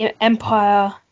Empire